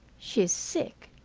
she's sick,